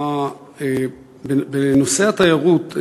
בנושא התיירות,